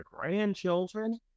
grandchildren